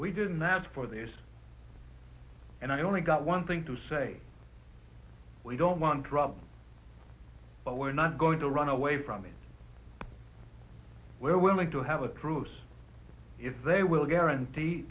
we didn't ask for this and i only got one thing to say we don't want rob but we're not going to run away from it we're willing to have a truce if they will guarantee